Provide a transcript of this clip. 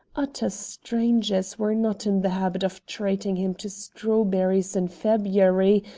utter strangers were not in the habit of treating him to strawberries in february,